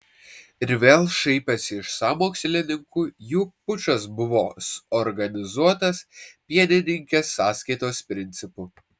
ir vėl šaipėsi iš sąmokslininkų jų pučas buvo organizuotas pienininkės sąskaitos principu